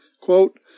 quote